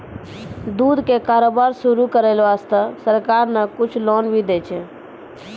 दूध के कारोबार शुरू करै वास्तॅ सरकार न कुछ लोन भी दै छै